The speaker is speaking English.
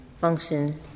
function